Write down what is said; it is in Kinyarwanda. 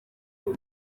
uwo